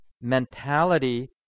mentality